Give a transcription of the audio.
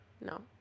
No